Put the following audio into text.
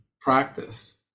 practice